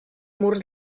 murs